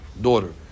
daughter